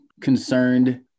concerned